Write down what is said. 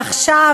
עכשיו,